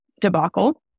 debacle